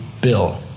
bill